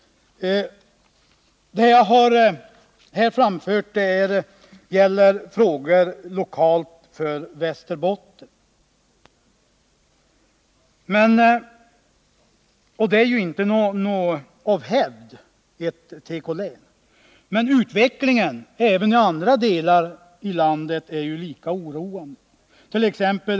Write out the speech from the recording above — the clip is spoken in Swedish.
Det jag här har tagit upp är lokala frågor som främst gäller Västerbotten, som ju inte av hävd är något tekolän. Men utvecklingen även i andra delar av landet —t.ex.